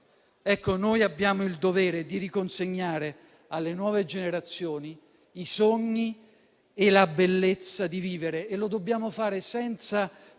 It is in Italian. Ecco, noi abbiamo il dovere di riconsegnare alle nuove generazioni i sogni e la bellezza di vivere. E lo dobbiamo fare senza